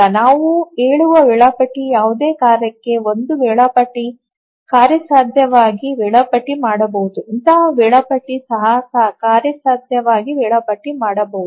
ಮತ್ತು ನಾವು ಹೇಳುವ ವೇಳಾಪಟ್ಟಿ ಯಾವುದೇ ಕಾರ್ಯಕ್ಕೆ ಒಂದು ವೇಳಾಪಟ್ಟಿ ಕಾರ್ಯಸಾಧ್ಯವಾಗಿ ವೇಳಾಪಟ್ಟಿ ಮಾಡಬಹುದು ಇತರ ವೇಳಾಪಟ್ಟಿ ಸಹ ಕಾರ್ಯಸಾಧ್ಯವಾಗಿ ವೇಳಾಪಟ್ಟಿ ಮಾಡಬಹುದು